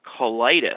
colitis